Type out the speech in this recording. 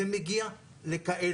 זה מגיע לחלק